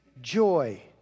Joy